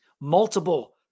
Multiple